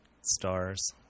stars